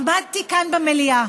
עמדתי כאן במליאה,